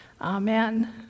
Amen